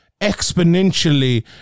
exponentially